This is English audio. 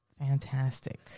Fantastic